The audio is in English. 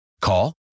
Call